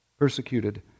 Persecuted